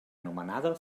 nomenada